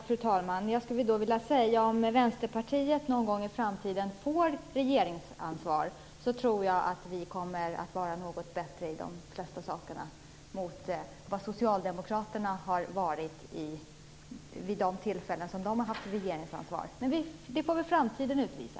Fru talman! Om Vänsterpartiet någon gång i framtiden får regeringsansvar, tror jag att vi kommer att vara något bättre i de flesta avseenden jämfört med vad Socialdemokraterna har varit när de har haft regeringsansvar. Men det får väl framtiden utvisa.